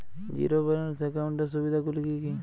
Zero balance একাউন্টের সুবিধা গুলি কি কি?